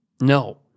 No